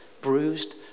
bruised